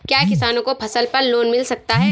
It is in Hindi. क्या किसानों को फसल पर लोन मिल सकता है?